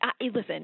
Listen